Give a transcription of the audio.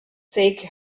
take